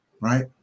right